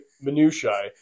minutiae